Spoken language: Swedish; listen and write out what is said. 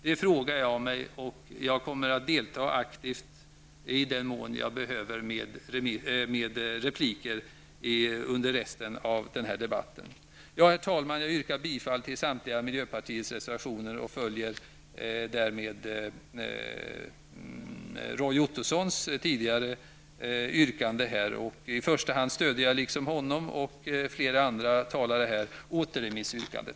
Detta frågar jag mig, och jag kommer i den mån jag behöver att delta aktivt med repliker under resten av den här debatten. Herr talman! Jag yrkar bifall till samtliga miljöpartiets reservationer och följer därmed Roy Ottossons tidigare yrkande. I första hand stöder jag liksom Roy Ottosson och flera andra talare återremissyrkandet.